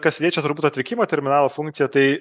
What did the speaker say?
kas liečia turbūt atvykimo terminalo funkciją tai